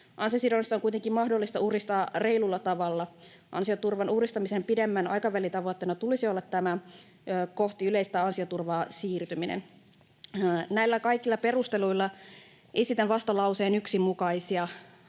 Ansiosidonnaista on kuitenkin mahdollista uudistaa reilulla tavalla. Ansioturvan uudistamisen pidemmän aikavälin tavoitteena tulisi olla kohti yleistä ansioturvaa siirtyminen. Näillä kaikilla perusteluilla esitän vastalauseen 1 mukaisia